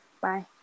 Bye